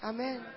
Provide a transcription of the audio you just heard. Amen